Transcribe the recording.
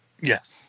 Yes